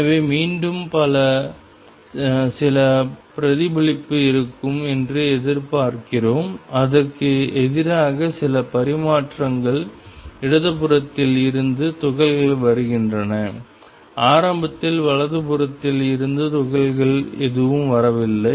எனவே மீண்டும் சில பிரதிபலிப்பு இருக்கும் என்று எதிர்பார்க்கிறோம் அதற்கு எதிராக சில பரிமாற்றங்கள் இடதுபுறத்தில் இருந்து துகள்கள் வருகின்றன ஆரம்பத்தில் வலதுபுறத்தில் இருந்து துகள்கள் எதுவும் வரவில்லை